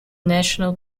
national